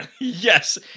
yes